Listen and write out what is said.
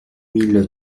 mille